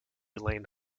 lane